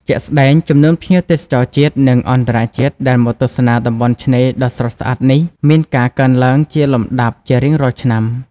ជាក់ស្តែង ចំនួនភ្ញៀវទេសចរជាតិ និងអន្តរជាតិដែលមកទស្សនាតំបន់ឆ្នេរដ៏ស្រស់ស្អាតនេះ មានការកើនឡើងជាលំដាប់ ជារៀងរាល់ឆ្នាំ។